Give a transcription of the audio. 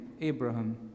Abraham